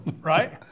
Right